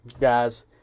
Guys